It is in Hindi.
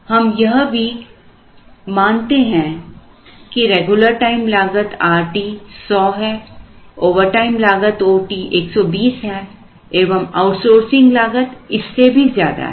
हम यह भी मानते हैं कि रेगुलर टाइम लागत 100 ओवरटाइम लागत 120 एवं आउटसोर्सिंग लागत इससे भी ज्यादा है